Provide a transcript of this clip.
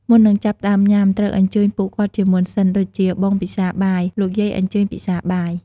មុននឹងចាប់ផ្តើមញ៉ាំ ត្រូវអញ្ជើញពួកគាត់ជាមុនសិន ដូចជា "បងពិសាបាយ! លោកយាយអញ្ជើញពិសាបាយ!"។